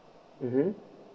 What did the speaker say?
mmhmm